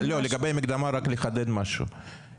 אני רוצה רק לחדד משהו לגבי המקדמה.